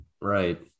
right